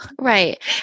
Right